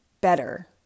better